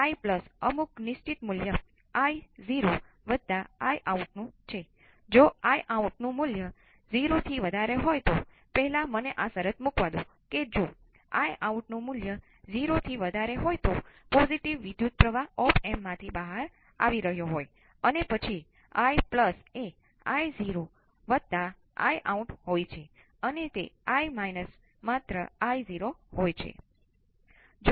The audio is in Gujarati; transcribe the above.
એ જ રીતે Ic પણ એ જ રીતે હશે અને આપણે પણ એ જ રીતે હોઈશું